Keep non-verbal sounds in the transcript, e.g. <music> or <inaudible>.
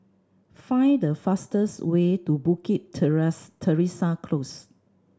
find the fastest way to Bukit <unintelligible> Teresa Close